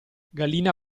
gallina